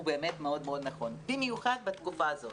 באמת מאוד מאוד נכון במיוחד בתקופה הזאת.